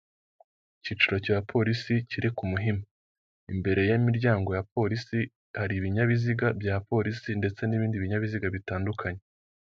Icyicaro cya Polisi kiri ku muhima. Imbere y'imiryango ya Polisi hari ibinyabiziga bya Polisi ndetse n'ibindi binyabiziga bitandukanye.